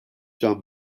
can